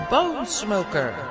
Bonesmoker